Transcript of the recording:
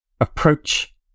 approach